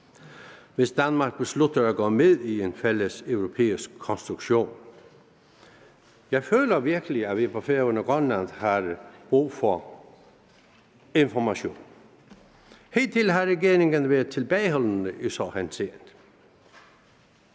hvis Danmark beslutter at gå med i en fælles europæisk konstruktion? Jeg føler virkelig, at vi på Færøerne og i Grønland har brug for information. Hidtil har regeringen været tilbageholdende i så henseende.